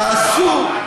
תעשו.